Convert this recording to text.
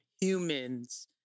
humans